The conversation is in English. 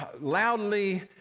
loudly